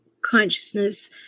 consciousness